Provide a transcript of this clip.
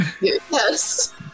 yes